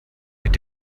mit